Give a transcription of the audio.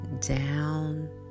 down